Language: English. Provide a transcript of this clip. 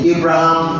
Abraham